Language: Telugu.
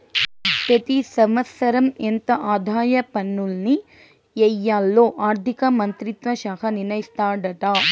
పెతి సంవత్సరం ఎంత ఆదాయ పన్నుల్ని ఎయ్యాల్లో ఆర్థిక మంత్రిత్వ శాఖ నిర్ణయిస్తాదాట